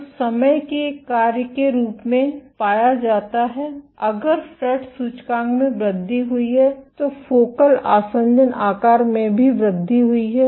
तो समय के एक कार्य के रूप में पाया जाता है अगर फ्रेट सूचकांक में वृद्धि हुई है तो फोकल आसंजन आकार में भी वृद्धि हुई है